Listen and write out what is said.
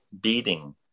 beating